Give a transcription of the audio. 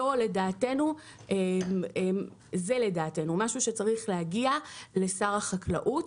לדעתנו זה משהו שצריך להגיע לשר החקלאות.